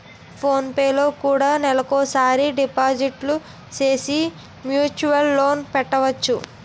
phone పేలో కూడా నెలకోసారి డిపాజిట్లు సేసి మ్యూచువల్ లోన్ పెట్టొచ్చు